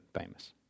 famous